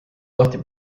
lahti